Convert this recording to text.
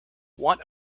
want